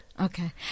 Okay